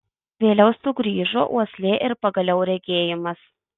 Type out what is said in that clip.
vėliau sugrįžo uoslė ir pagaliau regėjimas